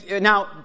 Now